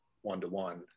one-to-one